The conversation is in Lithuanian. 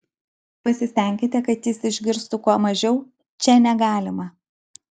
pasistenkite kad jis išgirstų kuo mažiau čia negalima